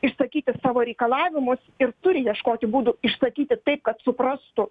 išsakyti savo reikalavimus ir turi ieškoti būdų išsakyti taip kad suprastų